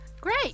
Great